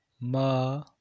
Ma